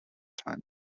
time